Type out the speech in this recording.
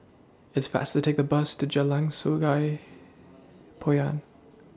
It's faster to Take The Bus to Jalan Sungei Poyan